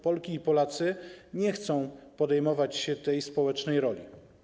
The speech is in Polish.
Polki i Polacy nie chcą podejmować się tej społecznej roli.